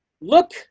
look